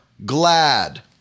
glad